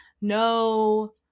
No